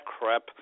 crap